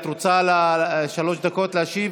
את רוצה שלוש דקות להשיב?